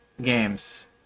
games